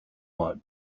might